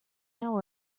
now